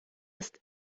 ist